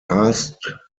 asked